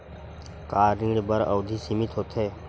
का ऋण बर अवधि सीमित होथे?